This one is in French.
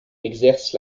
exerce